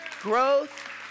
growth